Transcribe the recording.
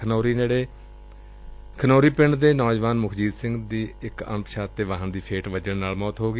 ਖਨੌਰੀ ਨੇੜੇ ਖਨੌਰੀ ਪਿੰਡ ਦੇ ਨੌਜਵਾਨ ਮੁਖਜੀਤ ਸਿੰਘ ਦੀ ਅਣਪਛਾਤੇ ਵਾਹਨ ਦੀ ਫੇਟ ਵੱਜਣ ਕਾਰਨ ਮੌਤ ਹੋ ਗਈ